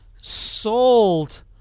sold